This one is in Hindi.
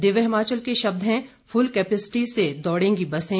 दिव्य हिमाचल के शब्द हैं फुल कैपेसिटी से दौड़ेंगी बसें